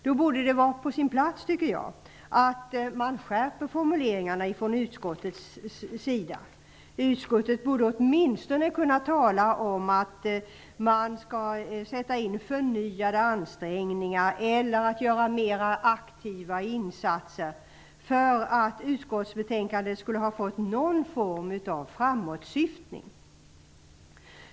Det borde vara på sin plats, tycker jag, att man skärper formuleringarna från utskottets sida. Utskottet borde åtminstone ha kunnat tala om att man skall göra förnyade ansträngningar eller sätta in mer aktiva insatser, för att utskottsbetänkandet skulle ha fått någon form av framåtsyftning.